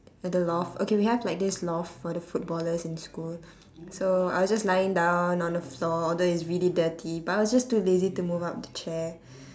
at the loft okay we have like this loft for the footballers in school so I was just lying down on the floor although it's really dirty but I was just too lazy to move up the chair